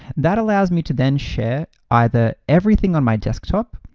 that allows me to then share either everything on my desktop,